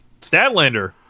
Statlander